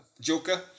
Joker